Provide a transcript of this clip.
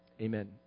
Amen